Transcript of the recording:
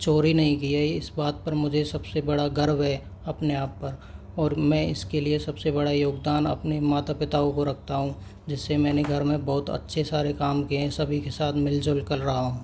चोरी नहीं की है इस बात पर मुझे सबसे बड़ा गर्व है अपने आप पर और मैं इसके लिए सबसे बड़ा योगदान अपने माता पिताओं को रखता हूँ जिससे मैंने घर में बहुत सारे अच्छे काम किए है सभी के साथ मिल जुल कर रहा हूँ